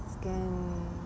skin